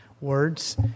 words